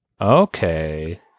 Okay